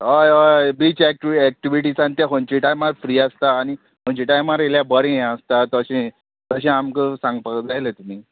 हय हय beach activity एक्टिविटीजान ते खंयचे टायमार फ्री आसता आनी खंयच्या टायमार येयल्यार बरें हें आसता तशें तशें आमकां सांगपाक लायलें तुमी